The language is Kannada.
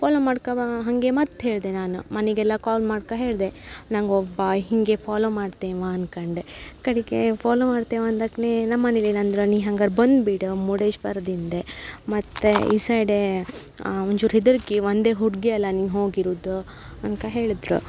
ಫಾಲೋ ಮಾಡ್ಕ ವಾ ಹಾಗೆ ಮತ್ತೆ ಹೇಳಿದೆ ನಾನು ಮನೆಗೆಲ್ಲ ಕಾಲ್ ಮಾಡ್ಕ ಹೇಳಿದೆ ನಂಗೆ ಒಬ್ಬ ಹೀಗೆ ಫಾಲೋ ಮಾಡ್ತೆ ಇವಾ ಅನ್ಕಂಡು ಕಡೆಗೆ ಫಾಲೋ ಮಾಡ್ತ ಇವ ಅಂದಾಕ್ನೇ ನಮ್ಮ ಮನೇಲಿ ಏನಂದ್ರು ನೀ ಹಂಗರೆ ಬಂದ್ಬಿಡು ಮುರ್ಡೇಶ್ವರದಿಂದ ಮತ್ತು ಈ ಸೈಡೇ ಒಂಚೂರು ಹೆದ್ರ್ಕೆ ಒಂದೇ ಹುಡ್ಗಿಯಲ್ವ ನೀ ಹೋಗಿರುವುದು ಅನ್ಕ ಹೇಳಿದರು